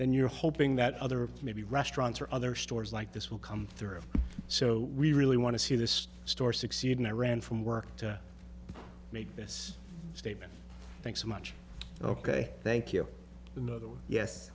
then you're hoping that other maybe restaurants or other stores like this will come through so we really want to see this store succeed in iran from work to make this statement thanks so much ok thank you